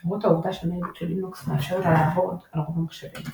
למרות העובדה שהניידות של לינוקס מאפשרת לה לעבוד על רוב המחשבים.